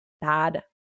Bad